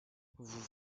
vous